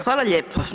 Hvala lijepo.